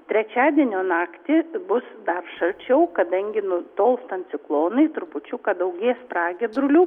trečiadienio naktį bus dar šalčiau kadangi nutolstant ciklonui trupučiuką daugės pragiedrulių